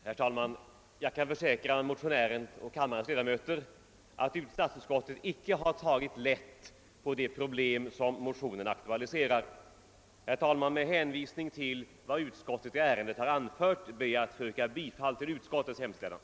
Herr talman! Jag kan försäkra motionären och kammarens ledamöter att statsutskottet icke har tagit lätt på de problem som motionen aktualiserar. Med hänvisning till vad utskottet har anfört i ärendet ber jag att få yrka bifall till utskottets hemställan.